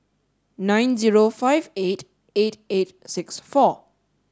nine zero five eight eight eight six four